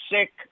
sick